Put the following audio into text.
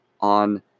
on